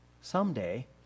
someday